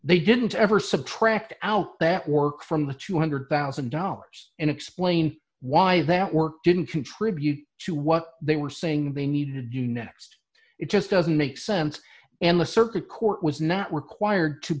they didn't ever subtract out that work from the two hundred thousand dollars and explain why that work didn't contribute to what they were saying they need to do next it just doesn't make sense and the circuit court was not required to